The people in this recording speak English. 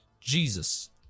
Jesus